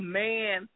man